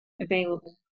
available